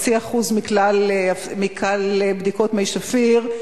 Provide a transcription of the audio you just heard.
0.5% מכלל בדיקות מי שפיר,